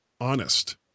honest